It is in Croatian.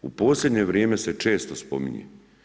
U posljednje vrijeme se često spominje.